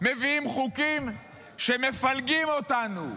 מביאים חוקים שמפלגים אותנו